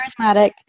charismatic